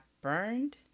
burned